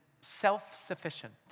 self-sufficient